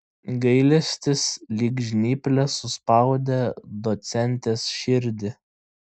gailestis lyg žnyplės suspaudė docentės širdį